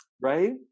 right